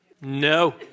No